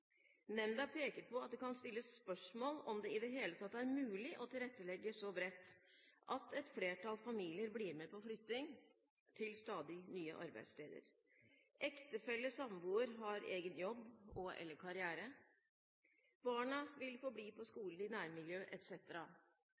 Nemnda peker på at det kan stilles spørsmål ved om det i det hele tatt er mulig å tilrettelegge så bredt at et flertall familier blir med på flytting til stadig nye arbeidssteder. Ektefeller og samboere har egen jobb og/eller karriere, barna vil bli på skolen i